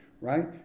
right